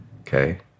okay